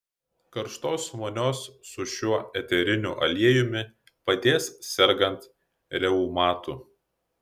karštos vonios su šiuo eteriniu aliejumi padės sergant reumatu